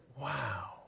Wow